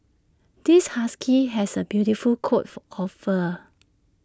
this husky has A beautiful coat for of fur